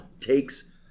takes